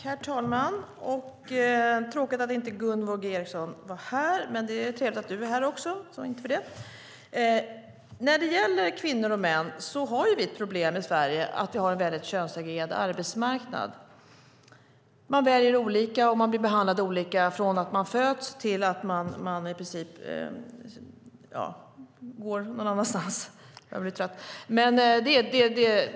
Herr talman! Det är tråkigt att inte Gunvor G Ericson är här, men det är trevligt att Mats Pertoft är här! När det gäller kvinnor och män har vi det problemet i Sverige att vi har en könssegregerad arbetsmarknad. Man väljer olika, och man blir behandlad olika från det att man föds till dess att man i princip går någon annanstans - jag börjar bli trött nu.